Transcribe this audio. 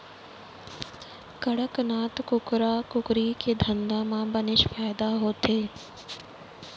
कड़कनाथ कुकरा कुकरी के धंधा म बनेच फायदा होथे